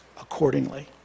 accordingly